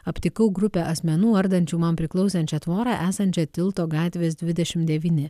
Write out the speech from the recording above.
aptikau grupę asmenų ardančių man priklausančią tvorą esančią tilto gatvės dvidešimt devyni